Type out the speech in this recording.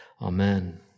Amen